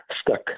stuck